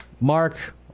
Mark